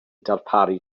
darparu